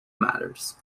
matters